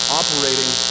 operating